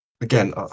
Again